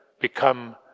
become